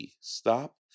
Stop